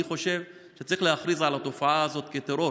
אני חושב שצריך להכריז על התופעה הזאת כטרור,